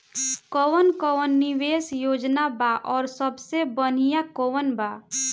कवन कवन निवेस योजना बा और सबसे बनिहा कवन बा?